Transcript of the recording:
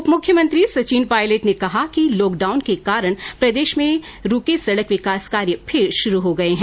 उप मुख्यमंत्री सचिन पायलट ने कहा है कि लॉकडाउन के कारण प्रदेश में रूके सड़क विकास कार्य फिर शुरू हो गए हैं